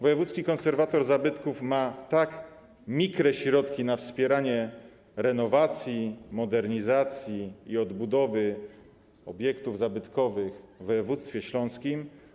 Wojewódzki konserwator zabytków ma mikre środki na wspieranie renowacji, modernizacji i odbudowy obiektów zabytkowych w województwie śląskim.